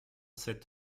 sept